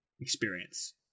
experience